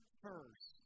first